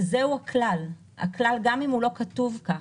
זה הכלל, גם אם הוא לא כתוב כך.